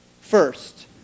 First